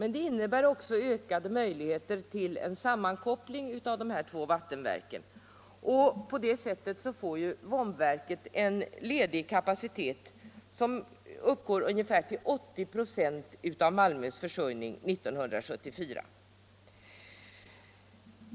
Det innebär också ökade möjligheter till en sammankoppling mellan dessa två vattenverk. På det sättet får Vombverket en ledig kapacitet som uppgår till ungefär 80 926 av Malmös vattenförsörjning 1974.